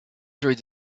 through